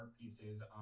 pieces